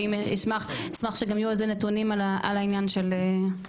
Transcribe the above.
ואני גם אשמח שגם יהיו איזה נתונים על העניין של התמחור.